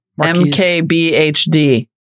mkbhd